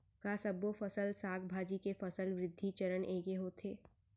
का सबो फसल, साग भाजी के फसल वृद्धि चरण ऐके होथे?